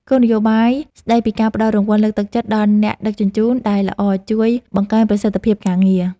គោលនយោបាយស្ដីពីការផ្ដល់រង្វាន់លើកទឹកចិត្តដល់អ្នកដឹកជញ្ជូនដែលល្អជួយបង្កើនប្រសិទ្ធភាពការងារ។